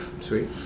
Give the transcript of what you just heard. Sweet